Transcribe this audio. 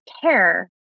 care